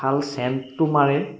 ভাল চেণ্টো মাৰে